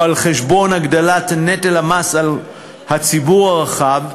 או על חשבון הגדלת נטל המס על הציבור הרחב,